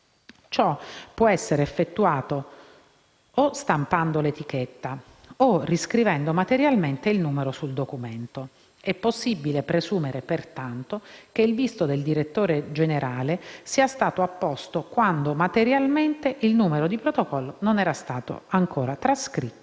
Ciò può essere effettuato o stampando l’etichetta o riscrivendo materialmente il numero sul documento. È possibile presumere, pertanto, che il visto del direttore generale sia stato apposto quando materialmente il numero di protocollo non era ancora stato trascritto